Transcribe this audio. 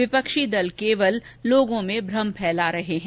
विपक्षी दल केवल लोगों में भ्रम फैला रहे हैं